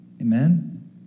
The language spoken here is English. Amen